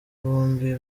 bombi